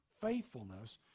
Faithfulness